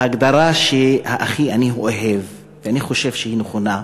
ההגדרה שהכי אני אוהב, ואני חושב שהיא נכונה,